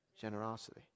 generosity